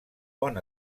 bon